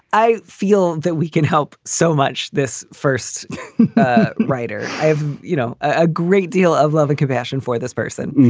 i feel that we can help so much. this first writer i have, you know, a great deal of love and compassion for this person.